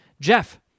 Jeff